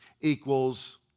equals